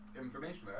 information